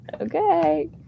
okay